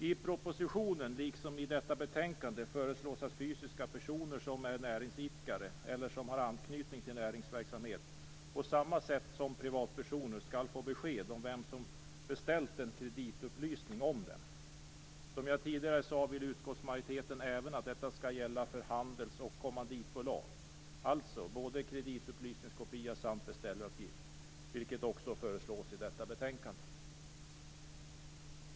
I propositionen liksom i detta betänkande föreslås att fysiska personer som är näringsidkare eller som har anknytning till näringsverksamhet på samma sätt som privatpersoner skall få besked om vem som beställt en kreditupplysning om dem. Som jag tidigare sade vill utskottsmajoriteten även att detta skall gälla för handels och kommanditbolag - alltså både kreditupplysningskopia och beställaruppgift - vilket också föreslås i detta betänkande.